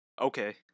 Okay